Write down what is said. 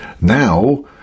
now